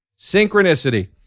synchronicity